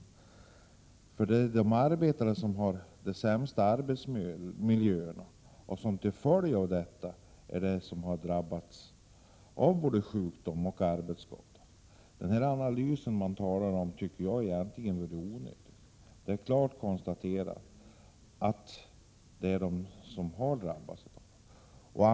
Det är de arbetare som har de sämsta arbetsmiljöerna som till följd av detta har drabbats av både sjukdom och arbetsskador. Det är klart konstaterat. Den analys man talar om tycker jag därför egentligen är onödig.